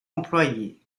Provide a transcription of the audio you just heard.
employés